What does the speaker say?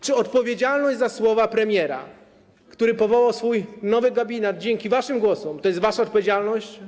Czy odpowiedzialność za słowa premiera, który powołał swój nowy gabinet dzięki waszym głosom, to jest wasza odpowiedzialność?